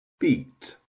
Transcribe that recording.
beat